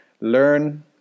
learn